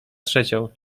trzecią